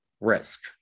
risk